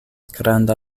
granda